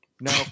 No